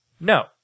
No